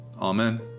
Amen